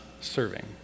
serving